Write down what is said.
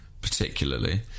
particularly